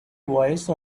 voice